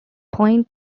point